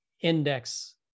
index